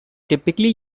typically